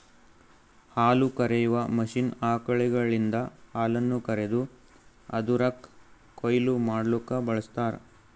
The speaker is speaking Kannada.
ಹಾಲುಕರೆಯುವ ಮಷೀನ್ ಆಕಳುಗಳಿಂದ ಹಾಲನ್ನು ಕರೆದು ಅದುರದ್ ಕೊಯ್ಲು ಮಡ್ಲುಕ ಬಳ್ಸತಾರ್